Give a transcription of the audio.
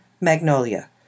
Magnolia